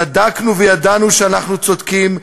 צדקנו וידענו שאנחנו צודקים,